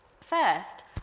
First